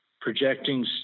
projecting